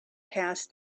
past